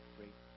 Great